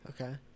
Okay